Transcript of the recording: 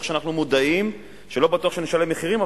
תוך שאנחנו מודעים שלא בטוח שנשלם מחירים,